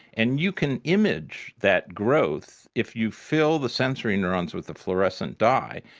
and you can image that growth if you fill the sensory neurons with a fluorescent dye,